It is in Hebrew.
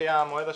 לפי המועד השונה,